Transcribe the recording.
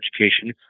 education